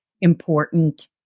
important